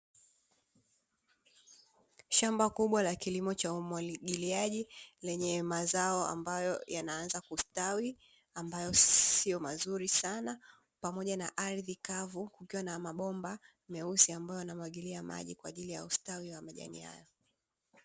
Shamba kubwa la kilimo cha umwagiliaji lenye mazao ambayo yanaanza kustawi ambayo siyo mazuri sana pamoja na ardhi kavu kukiwa na mabomba meusi ambayo yanamwagilia maji kwa ajili ya ustawi wa majani hayo.